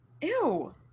ew